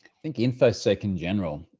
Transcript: think info sec in general.